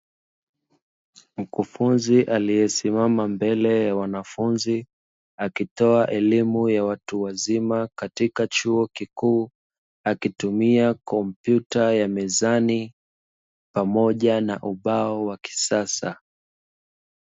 Mkufunzi aliye simama mbele ya wanafunzi akitoa elimu ya watu wazima katika chuo kikuu akitumia kompyuta ya mezani, pamoja na ubao wa kisasa.